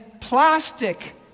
plastic